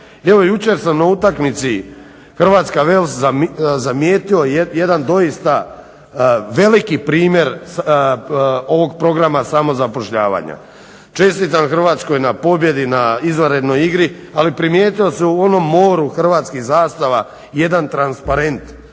jučer sam na utakmici Hrvatska-Wels zamijetio jedan doista veliki primjer ovog programa samozapošljavanja. Čestitam Hrvatskoj na pobjedi na izvanrednoj igri ali primijetio sam u onom moru hrvatskih zastava jedan transparent